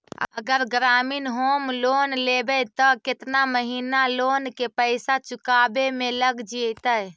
अगर ग्रामीण home loan लेबै त केतना महिना लोन के पैसा चुकावे में लग जैतै?